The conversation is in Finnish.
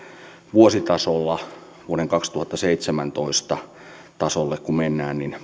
vuositasolla vuoden kaksituhattaseitsemäntoista tasolle kun mennään niin